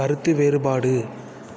கருத்து வேறுபாடு